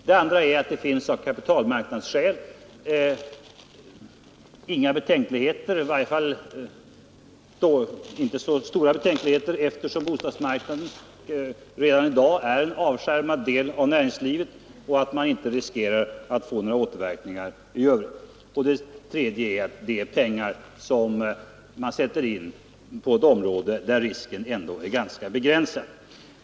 Det andra skälet som gör att man bör kunna diskutera en räntesänkning är att bostadsmarknaden är en ganska avskärmad del av näringslivet. Man behöver därför inte riskera att få några återverkningar på den övriga kapitalmarknaden. Det tredje skälet är att bostadsbyggandet är ett område där risken är ganska begränsad.